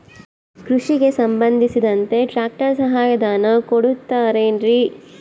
ಕೃಷಿಗೆ ಸಂಬಂಧಿಸಿದಂತೆ ಟ್ರ್ಯಾಕ್ಟರ್ ಸಹಾಯಧನ ಕೊಡುತ್ತಾರೆ ಏನ್ರಿ?